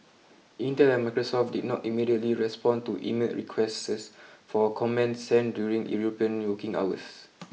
Intel and Microsoft did not immediately respond to emailed requests for comment sent during European working hours